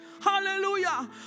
Hallelujah